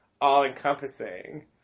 all-encompassing